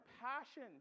passion